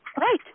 Right